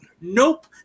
Nope